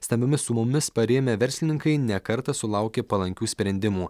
stambiomis sumomis parėmę verslininkai ne kartą sulaukė palankių sprendimų